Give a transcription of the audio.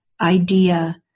idea